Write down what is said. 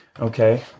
Okay